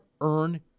earn